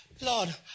Lord